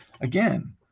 Again